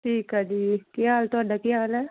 ਠੀਕ ਆ ਜੀ ਕੀ ਹਾਲ ਤੁਹਾਡਾ ਕੀ ਹਾਲ ਹੈ